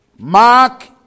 mark